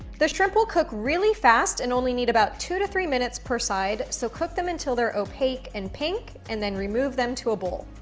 the shrimp will cook really fast and only need about two to three minutes per side, so cook them until they're opaque and pink, pink, and then remove them to a bowl.